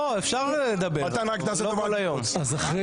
אחרי